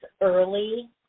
early